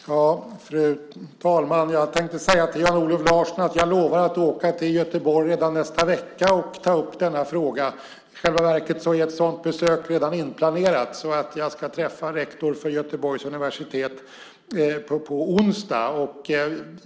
Fru talman! Jag tänkte säga till Jan-Olof Larsson att jag lovar att åka till Göteborg redan i nästa vecka och ta upp denna fråga. I själva verket är ett sådant besök redan inplanerat. Jag ska träffa rektorn för Göteborgs universitet på onsdag.